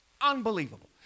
Unbelievable